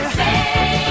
say